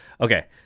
Okay